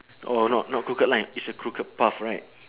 oh no not crooked line it's a crooked path right